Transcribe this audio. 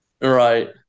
right